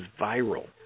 viral